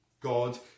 God